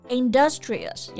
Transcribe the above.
industrious